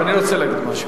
אני רוצה להגיד משהו.